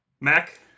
Mac